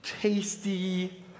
tasty